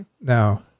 no